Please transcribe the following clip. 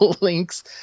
links